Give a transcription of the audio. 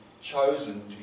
chosen